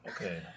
Okay